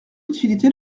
l’utilité